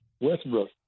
Westbrook